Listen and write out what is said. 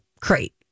Crate